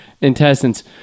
intestines